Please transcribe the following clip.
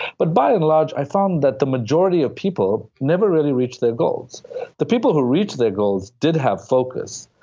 but by and large, i found that the majority of people never really reach their goals the people who reach their goals did have focus,